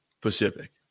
Pacific